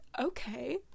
Okay